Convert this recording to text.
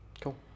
cool